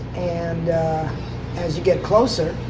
and as you get closer,